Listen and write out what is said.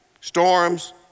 storms